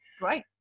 Right